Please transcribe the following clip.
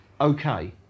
okay